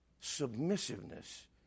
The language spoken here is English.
Submissiveness